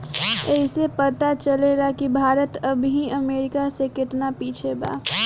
ऐइसे पता चलेला कि भारत अबही अमेरीका से केतना पिछे बा